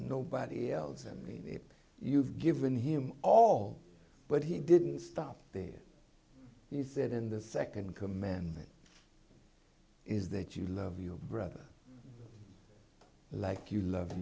nobody else and me you've given him all but he didn't stop there he said in the second commandment is that you love your brother like you love